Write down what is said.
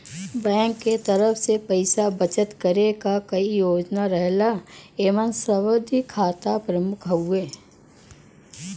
bank के तरफ से पइसा बचत करे क कई योजना रहला एमन सावधि खाता प्रमुख हउवे